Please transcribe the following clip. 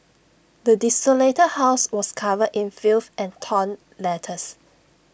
the desolated house was covered in filth and torn letters